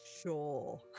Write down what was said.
Sure